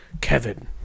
Kevin